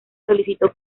solicitó